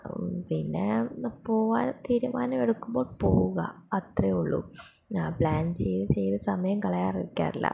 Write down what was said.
പിന്നെ പോവാൻ തീരുമാനം എടുക്കുമ്പോൾ പോവുക അത്രേ ഉള്ളൂ പ്ലാൻ ആ ചെയ്ത് ചെയ്ത് സമയം കളയാൻ നിൽക്കാറില്ല